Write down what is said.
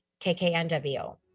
KKNW